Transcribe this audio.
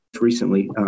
recently